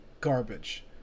garbage